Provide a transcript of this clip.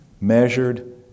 Measured